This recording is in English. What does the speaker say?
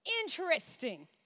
Interesting